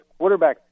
quarterbacks